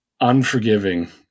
Unforgiving